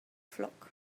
flock